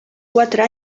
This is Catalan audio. quatre